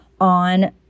on